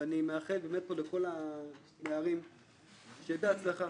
ואני מאחל באמת פה לכל הנערים שיהיה בהצלחה,